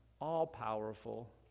all-powerful